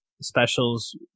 specials